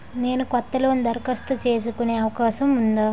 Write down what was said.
నేను కొత్త లోన్ దరఖాస్తు చేసుకునే అవకాశం ఉందా?